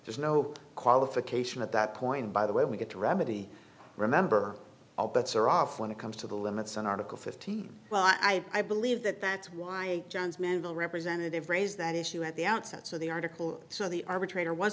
there's no qualification at that point by the way we get to remedy remember all bets are off when it comes to the limits on article fifty well i i believe that that's why johns manville representative raised that issue at the outset so the article so the arbitrator was